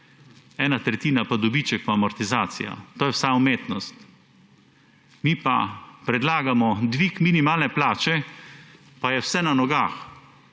ena tretjina pa dobiček in amortizacija. To je vsa umetnost. Mi pa predlagamo dvig minimalne plače pa je vse na nogah.